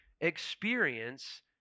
experience